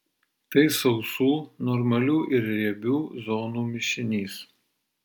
tai sausų normalių ir riebių zonų mišinys